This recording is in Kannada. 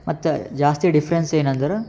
ಮತ್ತು ಜಾಸ್ತಿ ಡಿಫ್ರೆನ್ಸ್ ಏನಂದ್ರೆ